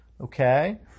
Okay